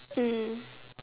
mm